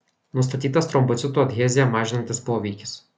nustatytas trombocitų adheziją mažinantis poveikis